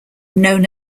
known